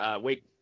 wait